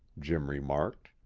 jim remarked.